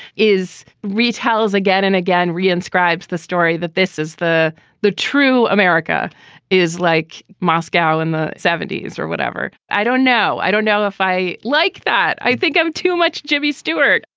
is retells again and again. re inscribes the story that this is the the true america is like moscow in the seventy s or whatever. i don't know. i don't know if i like that. i think i'm too much jimmy stewart.